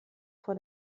vor